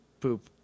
poop